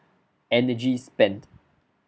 energy spent